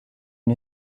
and